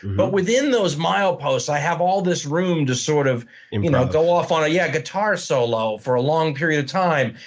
but within those mileposts i have all this room to sort of and you know go off improv. yeah, a guitar solo for a long period of time.